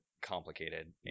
complicated